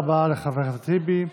תודה רבה לחבר הכנסת טיבי.